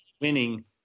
winning